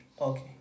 okay